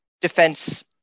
defense